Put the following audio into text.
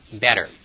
better